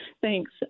Thanks